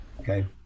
Okay